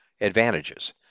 advantages